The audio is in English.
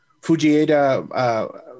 Fujieda